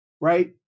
right